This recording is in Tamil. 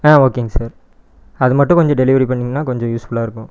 ஆ ஓகேங்க சார் அது மட்டும் கொஞ்சம் டெலிவரி பண்ணிங்கனா கொஞ்சம் யூஸ்ஃபுல்லாக இருக்கும்